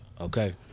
Okay